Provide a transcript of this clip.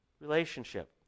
relationship